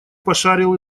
пошарил